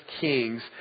Kings